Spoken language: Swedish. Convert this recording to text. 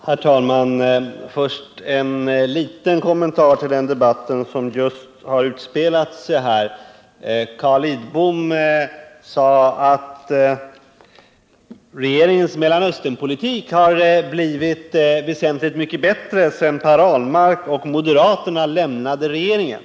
Herr talman! Jag vill först göra en liten kommentar till den debatt som just utspelat sig här. Carl Lidbom sade att regeringens Mellanösternpolitik har blivit väsentligt mycket bättre sedan Per Alhmark och moderaterna lämnade regeringen.